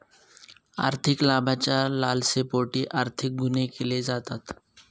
आर्थिक लाभाच्या लालसेपोटी आर्थिक गुन्हे केले जातात